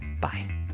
Bye